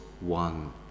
one